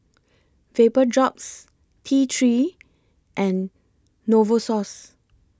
Vapodrops T three and Novosource